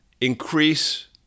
increase